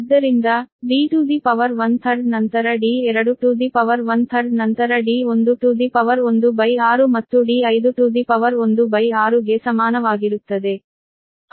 ಆದ್ದರಿಂದ D to the power one third ನಂತರ d2 to the power one third ನಂತರ d1 to the power 1 by 6 ಮತ್ತು d5 to the power 1 by 6 ಗೆ ಸಮಾನವಾಗಿರುತ್ತದೆ